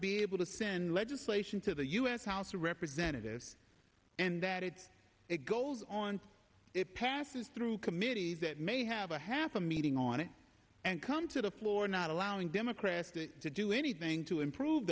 be able to send legislation to the u s house of representatives and that it's it goes on it passes through committees that may have a half a meeting on it and come to the floor not allowing democrats to do anything to improve